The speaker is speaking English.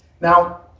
Now